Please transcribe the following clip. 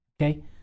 okay